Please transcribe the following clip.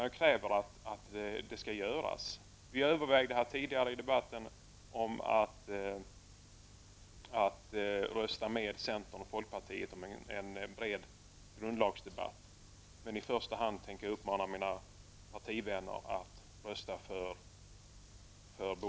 Jag kräver att det skall göras en sådan beredning. Vi övervägde tidigare i debatten att rösta med centern och folkpartiet om en bred grundlagsdebatt. Men i första hand tänker jag uppmana mina partivänner att rösta för Bo